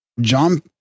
john